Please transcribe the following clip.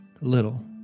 little